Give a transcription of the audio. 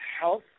Health